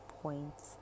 points